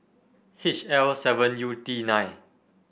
H L seven U D nine